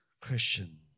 Christian